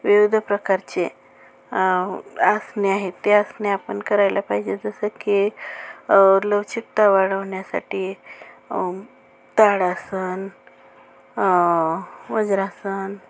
विविध प्रकारचे आसने आहेत ते आसने आपण करायला पाहिजे जसं की लवचिकता वाढवण्यासाठी ताडासन वज्रासन